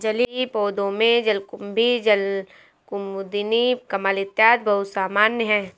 जलीय पौधों में जलकुम्भी, जलकुमुदिनी, कमल इत्यादि बहुत सामान्य है